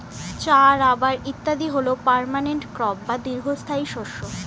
চা, রাবার ইত্যাদি হল পার্মানেন্ট ক্রপ বা দীর্ঘস্থায়ী শস্য